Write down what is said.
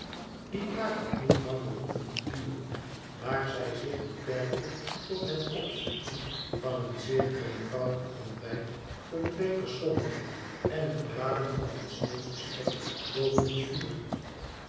die taak had niet lang behoeven te duren daar zij zich beperkte tot het opzetten van een zeer eenvoudig ontbijt voor twee personen en het braden van een sneedje spek boven het vuur